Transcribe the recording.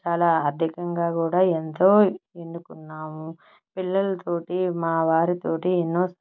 చాలా ఆర్థికంగా కూడా ఎంతో ఎదురుకున్నాము పిల్లలతోటి మా వారితోటి ఎన్నో